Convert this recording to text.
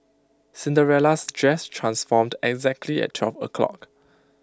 Cinderella's dress transformed exactly at twelve o'clock